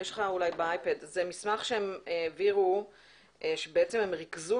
זה מסמך שהם העבירו ובו הם ריכזו